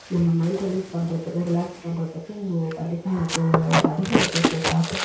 நம்ம mind relief பண்ணுறதுக்கும் relax பண்ணுறதுக்கும் கண்டிப்பாக எனக்கு அதிகம் நான் கேட்பேன் பாட்டு